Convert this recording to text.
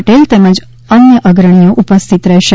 પટેલ તેમજ અને અન્ય અગ્રણી ઉપસ્થિત રહેશે